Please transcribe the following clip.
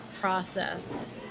process